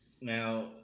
Now